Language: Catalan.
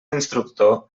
instructor